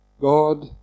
God